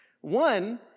One